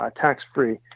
tax-free